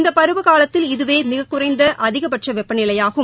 இந்தபருவகாலத்தில் இதுவேமிகக்குறைந்தஅதிகபட்சவெப்பநிலையாகும்